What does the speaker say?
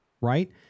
right